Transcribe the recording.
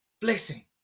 blessing